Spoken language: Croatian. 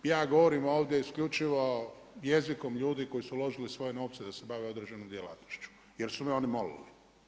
Ja govorim ovdje isključivo jezikom ljudi koji su uložili svoje novce da se bave određenom djelatnošću jer su me oni molili.